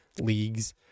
leagues